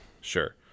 Sure